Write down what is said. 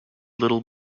little